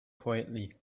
quietly